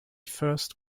first